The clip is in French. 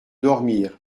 dormir